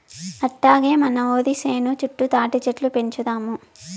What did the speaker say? అట్టాగే మన ఒరి సేను చుట్టూ తాటిచెట్లు పెంచుదాము